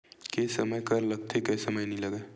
के समय कर लगथे के नइ लगय?